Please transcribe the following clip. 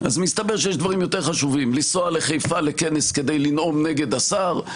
מסתבר שיש דברים יותר חשובים: לנסוע לחיפה לכנס כדי לנאום נגד השר,